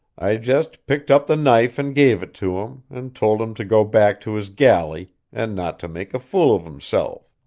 i just picked up the knife and gave it to him, and told him to go back to his galley, and not to make a fool of himself.